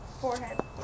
forehead